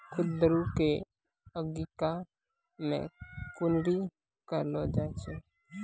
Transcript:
कुंदरू कॅ अंगिका मॅ कुनरी कहलो जाय छै